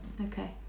okay